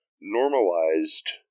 normalized